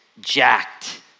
jacked